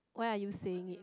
why are you saying it